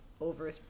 over